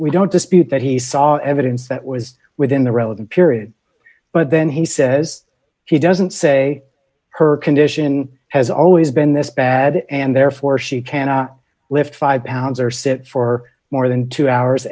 we don't dispute that he saw evidence that was within the relevant period but then he says he doesn't say her condition has always been this bad and therefore she cannot lift five pounds or sit for more than two hours